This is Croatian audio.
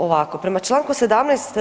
Ovako prema čl. 17.